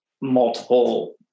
multiple